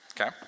okay